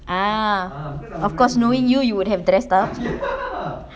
ah of course knowing you you would have dressed up